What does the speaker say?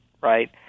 right